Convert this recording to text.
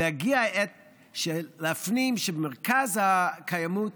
והגיעה העת שנפנים שבמרכז הקיימות